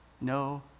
no